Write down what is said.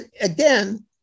again